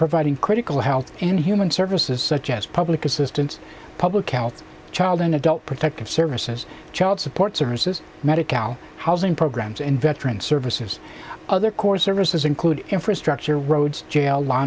providing critical health and human services such as public assistance public health child and adult protective services child support services medical housing programs and veteran services other core services include infrastructure roads jail law